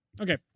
Okay